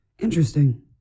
Interesting